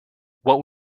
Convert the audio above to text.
what